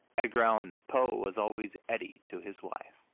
edgar allan poe was always eddie to his wife,